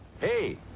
Hey